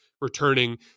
returning